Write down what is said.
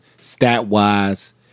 stat-wise